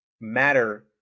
matter